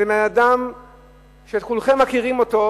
זה בן-אדם שכולכם מכירים אותו,